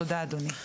תודה, אדוני.